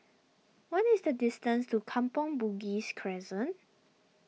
what is the distance to Kampong Bugis Crescent